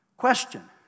question